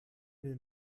den